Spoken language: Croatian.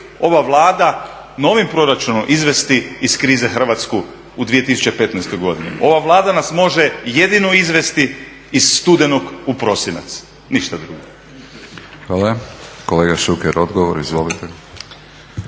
ova Vlada novim proračunom izvesti iz krize Hrvatsku u 2015. godini? Ova Vlada nas može jedino izvesti iz studenog u prosinac, ništa drugo. **Batinić, Milorad (HNS)** Kolega Šuker odgovor. Izvolite.